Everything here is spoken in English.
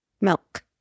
Milk